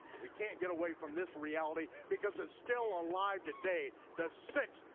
we can't get away from this reality because it's still alive today. the sick,